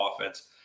offense